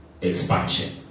expansion